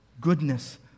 goodness